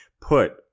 put –